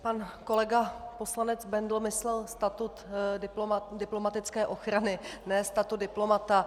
Pan kolega poslanec Bendl myslel statut diplomatické ochrany, ne statut diplomata.